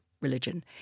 Religion